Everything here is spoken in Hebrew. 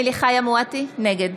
נגד